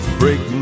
break